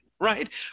Right